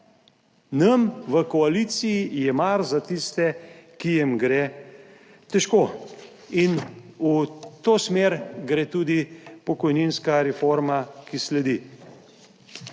Nam v koaliciji je mar za tiste, ki jim gre težko in v to smer gre tudi pokojninska reforma, ki sledi.